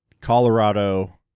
Colorado